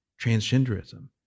transgenderism